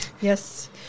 Yes